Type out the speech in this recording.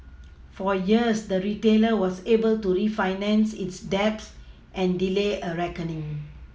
for years the retailer was able to refinance its debt and delay a reckoning